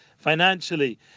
Financially